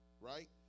Right